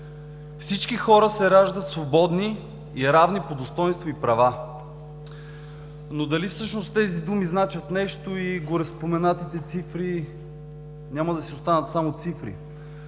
„Всички хора се раждат свободни и равни по достойнство и права“. Но дали всъщност тези думи значат нещо и гореспоменатите цифри няма да си останат само цифри,